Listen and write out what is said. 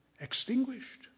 extinguished